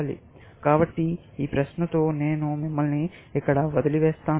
కాబట్టి ఈ ప్రశ్నతో నేను మిమ్మల్ని ఇక్కడ వదిలివేస్తాను